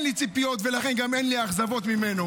אין לי ציפיות ממנו, ולכן גם אין לי אכזבות ממנו.